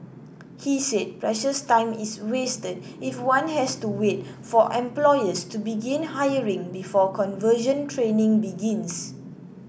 he said precious time is wasted if one has to wait for employers to begin hiring before conversion training begins